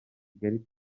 kigali